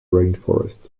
rainforest